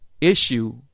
issue